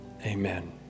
Amen